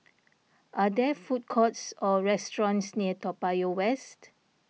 are there food courts or restaurants near Toa Payoh West